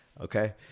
okay